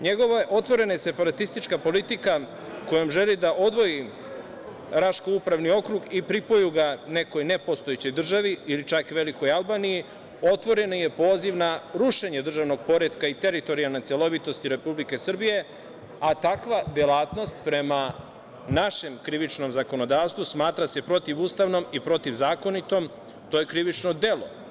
Njegova otvorena separatistička politika kojom želi da odvoji Raški upravni okrug i pripoji ga nekoj nepostojećoj državi ili čak velikoj Albaniji otvoreni je poziv na rušenje državnog poretka i teritorijalne celovitosti Republike Srbije, a takva delatnost, prema našem krivičnom zakonodavstvu, smatra se protivustavnom i protivzakonitom i to je krivično delo.